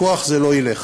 בכוח זה לא ילך.